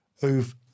who've